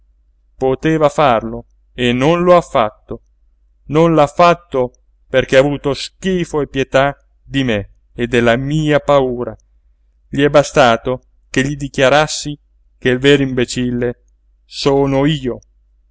poteva farlo e non l'ha fatto non l'ha fatto perché ha avuto schifo e pietà di me e della mia paura gli è bastato che gli dichiarassi che il vero imbecille sono io